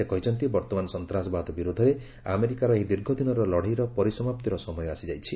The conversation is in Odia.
ସେ କହିଛନ୍ତି ବର୍ତ୍ତମାନ ସନ୍ତ୍ରାସବାଦ ବିରୋଧରେ ଆମେରିକାର ଏହି ଦୀର୍ଘଦିନର ଲଢ଼େଇର ପରିସମାପ୍ତିର ସମୟ ଆସିଯାଇଛି